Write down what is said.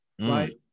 right